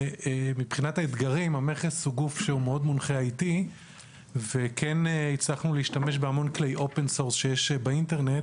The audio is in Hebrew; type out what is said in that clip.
מבחינת האתגרים המכס הוא גוף שמאוד מונחה IT. הצלחנו להשתמש בהרבה כלי open source שיש באינטרנט